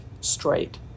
straight